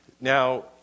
Now